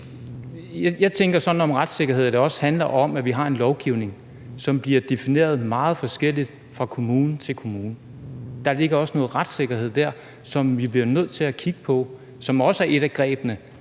Jeg tænker sådan om retssikkerhed, at det også handler om, at vi har en lovgivning, som bliver defineret meget forskelligt fra kommune til kommune, og der ligger der også noget retssikkerhed, som vi bliver nødt til at kigge på, og som også er et af grebene,